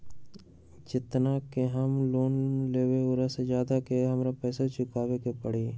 जेतना के हम लोन लेबई ओ से ज्यादा के हमरा पैसा चुकाबे के परी?